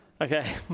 Okay